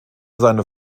seine